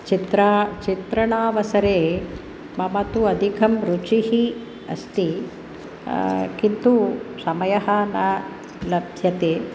चित्रा चित्रणावसरे मम तु अधिकं रुचिः अस्ति किन्तु समयः न लभ्यते